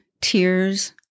tears